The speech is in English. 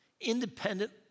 independent